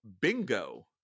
Bingo